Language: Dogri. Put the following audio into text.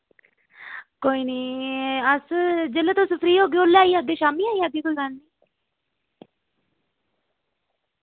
अस जेल्लै तुस फ्री होई जाह्गे अस ओल्लै फ्री होई जाह्गे कोई गल्ल नी